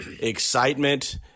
excitement